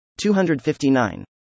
259